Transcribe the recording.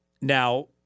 Now